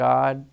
God